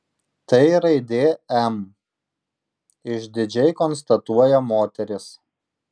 tai raidė m išdidžiai konstatuoja moteris